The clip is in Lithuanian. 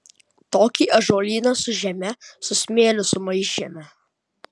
tokį ąžuolyną su žeme su smėliu sumaišėme